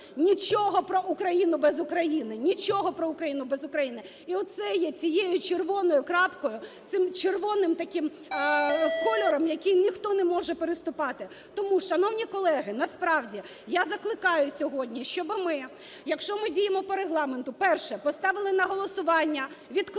Нічого про Україну без України! І оце є цією "червоною крапкою", цим червоним таким кольором, який ніхто не може переступати! Тому, шановні колеги, насправді я закликаю сьогодні, щоби ми, якщо ми діємо по Регламенту, перше – поставили на голосування відкликання